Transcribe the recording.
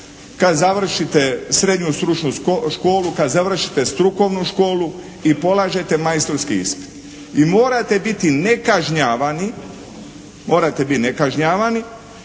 kad završite srednju stručnu školu, kad završite strukovnu školu i polažete majstorski ispit i morate biti nekažnjavani i da bi vi